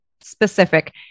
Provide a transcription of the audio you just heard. specific